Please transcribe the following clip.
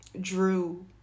Drew